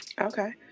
Okay